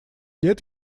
лет